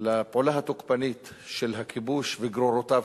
לפעולה התוקפנית של הכיבוש וגרורותיו,